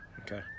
okay